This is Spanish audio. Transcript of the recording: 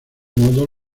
modo